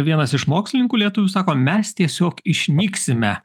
vienas iš mokslininkų lietuvių sako mes tiesiog išnyksime